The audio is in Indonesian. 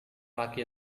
laki